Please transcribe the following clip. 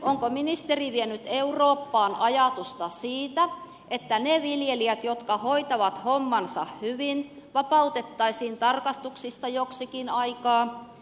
onko ministeri vienyt eurooppaan ajatusta siitä että ne viljelijät jotka hoitavat hommansa hyvin vapautettaisiin tarkastuksista joksikin aikaa